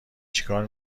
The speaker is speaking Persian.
چیکار